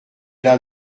las